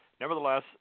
Nevertheless